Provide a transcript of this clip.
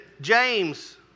James